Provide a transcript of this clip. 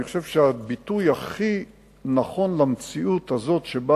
אני חושב שהביטוי הכי נכון במציאות הזאת שבה